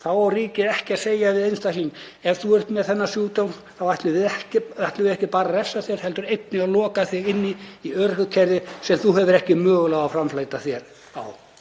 á ríkið ekki að segja við einstakling: Ef þú ert með þennan sjúkdóm þá ætlum við ekki bara að refsa þér heldur einnig að loka þig inni í örorkukerfi sem þú hefur ekki möguleika á að framfleyta þér í.